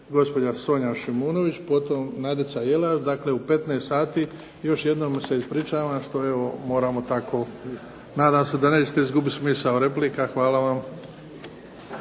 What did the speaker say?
gospođa Sonja Šimunović, potom Nadica Jelaš dakle u 15 sati. Još jednom se ispričavam što evo moramo tako. Nadam se da nećete izgubit smisao replika. Hvala vam.